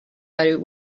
that